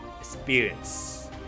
experience